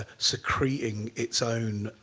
ah secreting its own